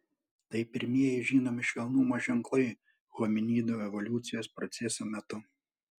tai pirmieji žinomi švelnumo ženklai hominidų evoliucijos proceso metu